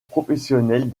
professionnels